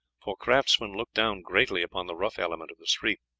for craftsmen look down greatly upon the rough element of the street.